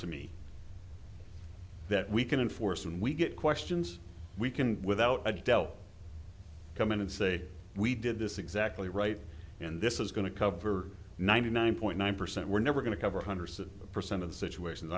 to me that we can enforce when we get questions we can without adelle come in and say we did this exactly right and this is going to cover ninety nine point nine percent we're never going to cover one hundred percent of the situations